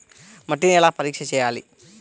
మట్టిని ఎలా పరీక్ష చేయాలి?